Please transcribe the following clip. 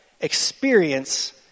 experience